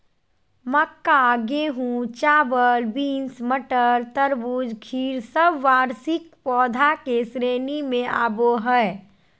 मक्का, गेहूं, चावल, बींस, मटर, तरबूज, खीर सब वार्षिक पौधा के श्रेणी मे आवो हय